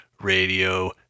Radio